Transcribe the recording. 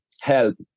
help